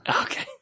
Okay